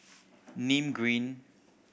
Nim Green